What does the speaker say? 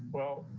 well,